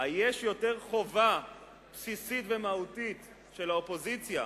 היש חובה בסיסית ומהותית יותר של האופוזיציה